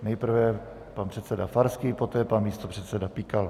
Nejprve pan předseda Farský, poté pan místopředseda Pikal.